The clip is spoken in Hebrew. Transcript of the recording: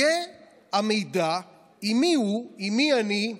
יהיה המידע עם מי הוא, עם מי אני,